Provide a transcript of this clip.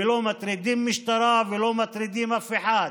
ולא מטריד משטרה ולא מטריד אף אחד.